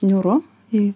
niūru jei